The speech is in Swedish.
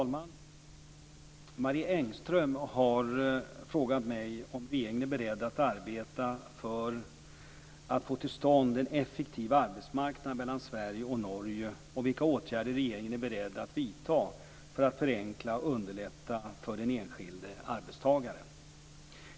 Fru talman! Marie Engström har frågat mig om regeringen är beredd att arbeta för att få till stånd en effektiv arbetsmarknad mellan Sverige och Norge och vilka åtgärder regeringen är beredd att vidta för att förenkla och underlätta för den enskilde arbetstagaren.